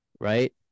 right